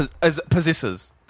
possesses